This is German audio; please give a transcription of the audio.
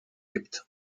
gibt